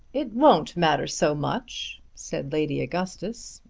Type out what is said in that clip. it won't matter so much, said lady augustus,